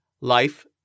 life